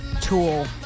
tool